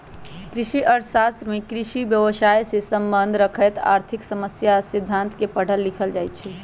कृषि अर्थ शास्त्र में कृषि व्यवसायसे सम्बन्ध रखैत आर्थिक समस्या आ सिद्धांत के पढ़ल लिखल जाइ छइ